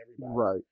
Right